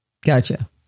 Gotcha